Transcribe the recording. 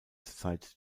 seit